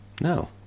No